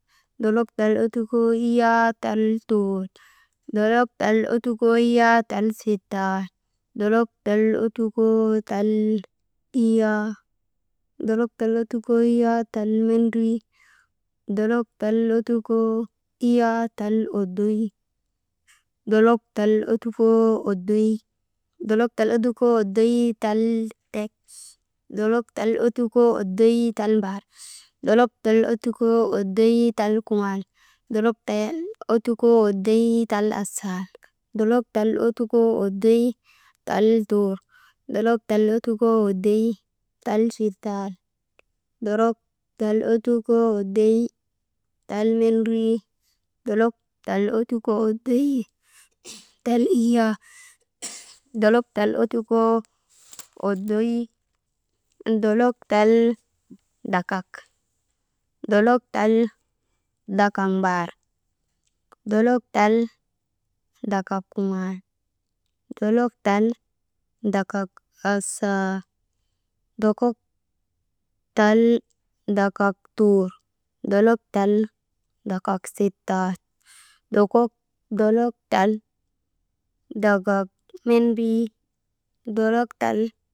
Dolok tal ottukoo iyyaa tal tuur, dolok tal ottukoo iyyaa tal sittal, dolok tal ottukoo iyyaa tal sittal dolok tal ottukoo iyyaa tal mendrii, dolok tal ottukoo iyyaa tal oddoy, «hesitation» dolok tal ottukoo oddoy, dolok tal ottukoo oddoy tal asaal, dolok tal ottukoo oddoy tal tuur, dolok tal ottukoo oddoy tal sittal, dolok tal ottukoo oddoy tal mendrii, dolok tal ottukoo oddoy tal iyyaa, dolok tal ottukoo oddoy, dolok tal dakak, dolok tal dakak mbaar, dolok tal dakak kuŋaal, dolok tal dakak asaal, dokok dolok tal dakak tuur, dolok tal dakak sittal, dokok dolok tal dakak mendrii, dolok tal.